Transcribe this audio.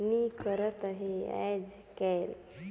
नी करत अहे आएज काएल